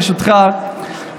ברשותך,